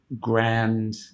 grand